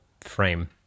frame